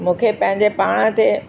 मूंखे पंहिंजे पाण ते